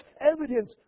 evidence